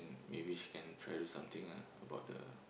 maybe she can try do something ah about the